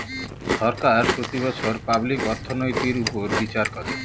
সরকার প্রতি বছর পাবলিক অর্থনৈতির উপর বিচার করে